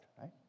Right